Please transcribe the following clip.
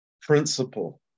principle